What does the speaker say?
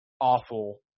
awful